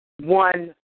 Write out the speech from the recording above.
one